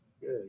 Good